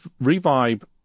Revive